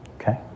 okay